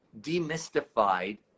demystified